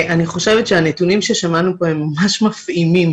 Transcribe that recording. אני חושבת שהנתונים ששמענו פה ממש מפעימים.